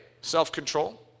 self-control